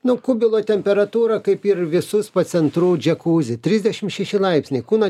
nu kubilo temperatūra kaip ir visų spa centrų džekuzi trisdešimt šeši laipsniai kūno